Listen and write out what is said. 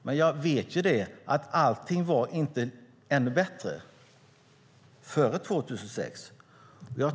Men jag vet att allt inte var ännu bättre före 2006.